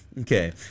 okay